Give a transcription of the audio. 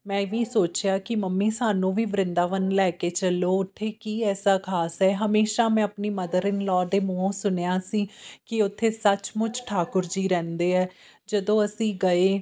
ਮੈਂ ਵੀ ਸੋਚਿਆ ਕਿ ਮੰਮੀ ਸਾਨੂੰ ਵੀ ਵਰਿੰਦਾਵਨ ਲੈ ਕੇ ਚੱਲੋ ਉੱਥੇ ਕੀ ਐਸਾ ਖ਼ਾਸ ਹੈ ਹਮੇਸ਼ਾ ਮੈਂ ਆਪਣੀ ਮਦਰ ਇਨ ਲੋ ਦੇ ਮੂੰਹੋਂ ਸੁਣਿਆ ਸੀ ਕਿ ਉੱਥੇ ਸੱਚ ਮੁੱਚ ਠਾਕੁਰ ਜੀ ਰਹਿੰਦੇ ਹੈ ਜਦੋਂ ਅਸੀਂ ਗਏ